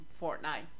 Fortnite